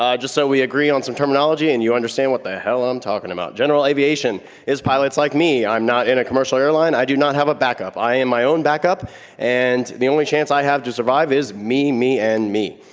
just so we agree on some terminology and you understand what the hell i'm talkin' about. general aviation is pilots like me. i'm not in a commercial airline, i do not have a back-up. i am my own back-up and the only chance i have to survive is me, me, and me.